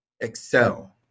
excel